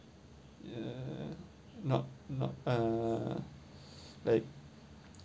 ya not not uh like